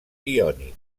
iònic